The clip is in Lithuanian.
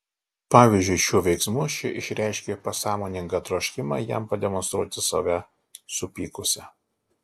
pavyzdžiui šiuo veiksmu ši išreiškė pasąmoningą troškimą jam pademonstruoti save supykusią